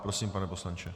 Prosím, pane poslanče.